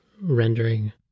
rendering